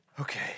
Okay